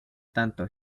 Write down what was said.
tanto